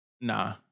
Nah